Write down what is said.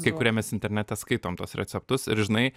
kai kurie mes internete skaitom tuos receptus ir žinai